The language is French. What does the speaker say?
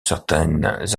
certaines